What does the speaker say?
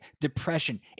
depression